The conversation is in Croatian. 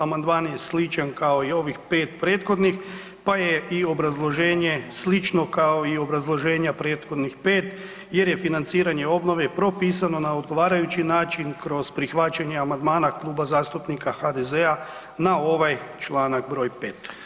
Amandman je sličan kao i ovih 5 prethodnih pa je i obrazloženje slično kao i u obrazloženja prethodnih 5 jer je financiranje obnove propisano na odgovarajući način kroz prihvaćanje amandmana Kluba zastupnika HDZ-a na ovaj članak br. 5.